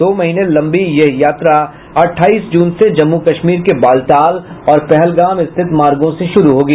दो महीने लंबी यह तीर्थयात्रा अठाईस जून से जम्मू कश्मीर के बालटाल और पहलगाम स्थित मार्गों से शुरू होगी